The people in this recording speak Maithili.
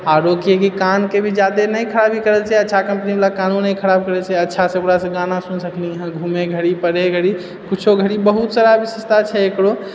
आर ओ कि की कानके भी जादे नहि खराबी करैत छै अच्छा कम्पनी बला कानो नहि खराबी करैत छै अच्छासँ ओकरासँ गाना सुन सकलीहँ घुमे घड़ी पढ़ै घड़ी किछु घड़ी बहुत सारा विशेषता छै एकरो